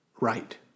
right